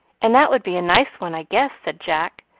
and that would be a nice one, i guess, said jack,